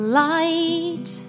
light